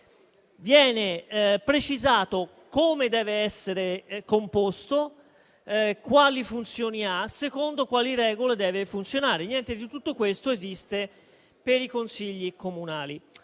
cioè precisato come dev'essere composto, quali funzioni ha e secondo quali regole deve funzionare. Niente di tutto questo esiste per i consigli comunali.